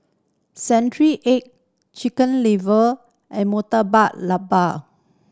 century egg Chicken Liver and Murtabak Lembu